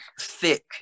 thick